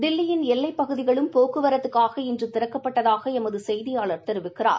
தில்லியின் எல்லைப் பகுதிகளும் போக்குவரத்துக்காக இன்று திறக்கப்பட்டதாக எமது செய்தியாளர் தெரிவிக்கிறார்